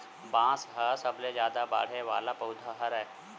बांस ह सबले जादा बाड़हे वाला पउधा हरय